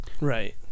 Right